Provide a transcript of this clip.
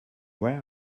where